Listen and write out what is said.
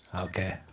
Okay